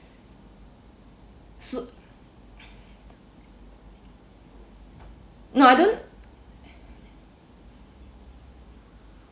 no I don't